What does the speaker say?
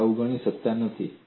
આ અવગણી શકાય નહીં